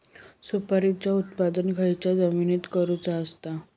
सुपारीचा उत्त्पन खयच्या जमिनीत करूचा असता?